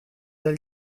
dal